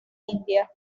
india